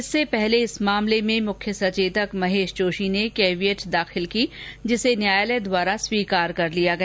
इससे पहले इस मामले में मुख्य सचेतक महेश जोशी ने कैवियट दाखिल की जिसे न्यायालय द्वारा स्वीकार कर लिया गया